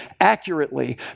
accurately